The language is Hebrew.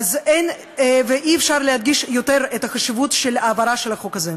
אז אין ואי-אפשר להדגיש יותר את החשיבות של העברת החוק הזה.